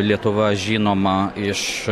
lietuva žinoma iš